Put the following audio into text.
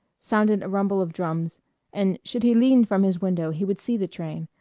sounded a rumble of drums and should he lean from his window he would see the train,